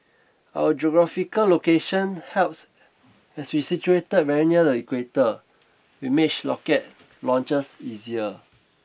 our geographical location helps as we are situated very near the Equator which makes rocket launches easier